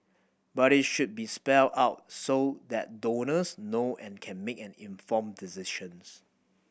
but it should be spelled out so that donors know and can make an informed decisions